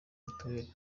mitiweli